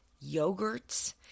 yogurts